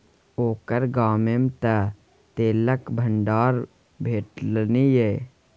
ओकर गाममे तँ तेलक भंडार भेटलनि ये